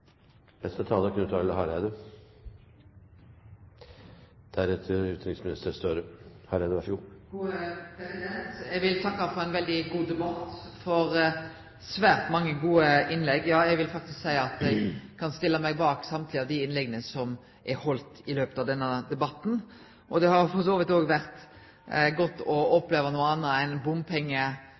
Eg vil takke for ein veldig god debatt, for svært mange gode innlegg, ja eg vil faktisk seie at eg kan stille meg bak alle innlegga som er haldne i løpet av denne debatten. Det har for så vidt òg vore godt å oppleve noko anna enn